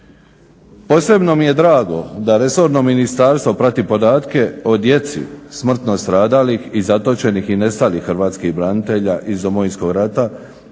Posebno mi je drago da resorno ministarstvo prati podatke o djeci smrtno stradalih, i zatočeni i nestalih hrvatskih branitelja iz Domovinskog rata,